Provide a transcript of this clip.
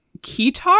keytar